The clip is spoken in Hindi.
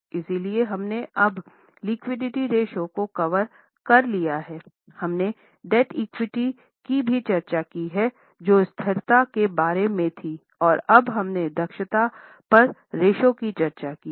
इसलिए हमने अब लिक्विडिटी रेश्यो को कवर कर लिया है हमने डेब्ट इक्विटी की भी चर्चा की है जो स्थिरता के बारे में थी और अब हमने दक्षता पर रेश्यो की चर्चा की है